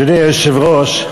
אדוני היושב-ראש,